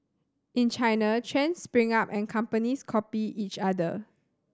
in China trends spring up and companies copy each other